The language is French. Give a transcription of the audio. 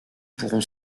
pourront